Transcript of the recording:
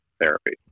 therapy